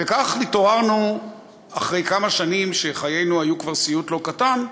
וכך התעוררנו אחרי כמה שנים שחיינו היו כבר סיוט לא קטן,